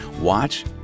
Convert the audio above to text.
Watch